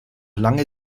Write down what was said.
lange